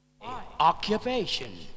Occupation